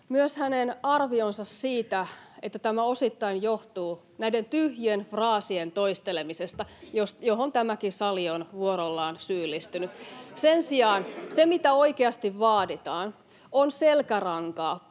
myös hänen arviostaan siitä, että tämä osittain johtuu näiden tyhjien fraasien toistelemisesta, johon tämäkin sali on vuorollaan syyllistynyt. Sen sijaan se, mitä oikeasti vaaditaan, on selkärankaa,